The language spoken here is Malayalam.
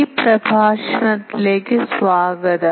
ഈ പ്രഭാഷണത്തിലേക്ക് സ്വാഗതം